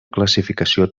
classificació